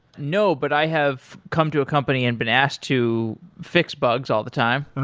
no. but i have come to a company and been asked to fix bugs all the time. and